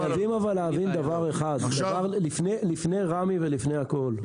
חייבים אבל להבין דבר אחד, לפני רמ"י ולפני הכול.